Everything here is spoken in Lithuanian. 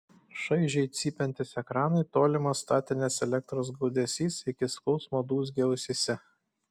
šaižiai cypiantys ekranai tolimas statinės elektros gaudesys iki skausmo dūzgė ausyse